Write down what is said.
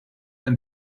and